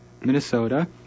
Minnesota